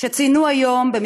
שציינו היום את הנושא,